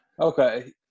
Okay